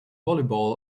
volleyball